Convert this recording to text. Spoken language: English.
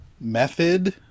Method